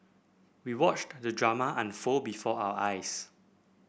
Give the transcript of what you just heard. we watched the drama unfold before our eyes